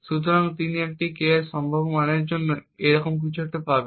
সুতরাং তিনি K এর প্রতিটি সম্ভাব্য মানের জন্য এইরকম কিছু পাবেন